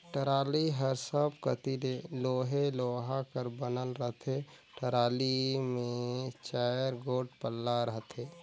trolley हर सब कती ले लोहे लोहा कर बनल रहथे, टराली मे चाएर गोट पल्ला रहथे